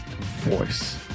voice